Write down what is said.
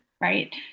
right